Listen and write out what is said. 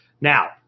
Now